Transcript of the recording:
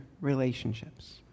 relationships